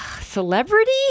Celebrity